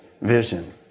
vision